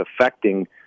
affecting